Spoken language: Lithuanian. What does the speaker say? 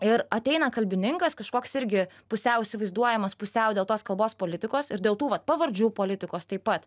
ir ateina kalbininkas kažkoks irgi pusiau įsivaizduojamas pusiau dėl tos kalbos politikos ir dėl tų vat pavardžių politikos taip pat